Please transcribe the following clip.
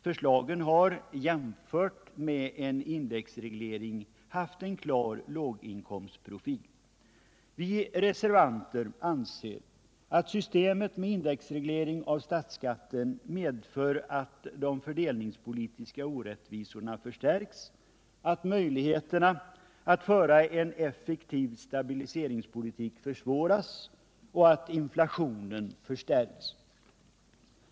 Förslagen har, i jämförelse med en indexreglering, haft en klar låginkomstprofil. Vi reservanter anser att systemet med indexreglering av statsskatten medför att de fördelningspolitiska orättvisorna förstärks, att möjligheterna att föra en effektiv stabiliseringspolitik försvåras och att inflationen förstärks.